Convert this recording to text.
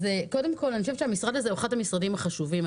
אני חושבת שהמשרד הזה הוא אחד המשרדים החשובים.